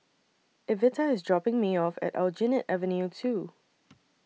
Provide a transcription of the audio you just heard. Evita IS dropping Me off At Aljunied Avenue two